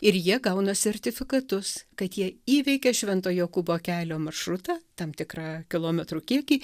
ir jie gauna sertifikatus kad jie įveikė švento jokūbo kelio maršrutą tam tikrą kilometrų kiekį